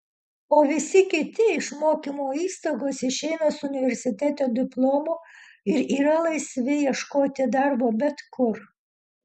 o visi kiti iš mokymo įstaigos išeina su universiteto diplomu ir yra laisvi ieškoti darbo bet kur